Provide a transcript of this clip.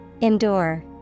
ENDURE